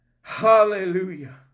Hallelujah